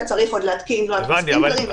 וצריך עוד להתקין ספרינקלרים וכו',